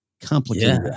complicated